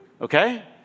Okay